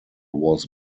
was